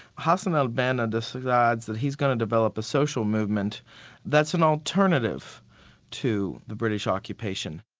hassan al banna decides that he's going to develop a social movement that's an alternative to the british occupation.